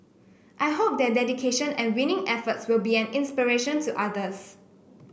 I hope their dedication and winning efforts will be an inspiration to others